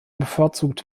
bevorzugt